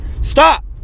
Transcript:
Stop